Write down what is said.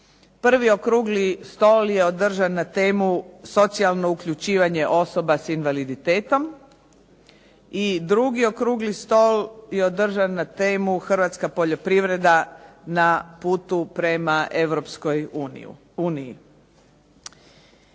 Prvi Okrugli stol je održan na temu "Socijalno uključivanje osoba s invaliditetom", i drugi Okrugli stol je održan na temu "Hrvatska poljoprivreda na putu prema